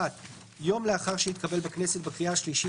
(1)יום לאחר שהתקבל בכנסת בקריאה השלישית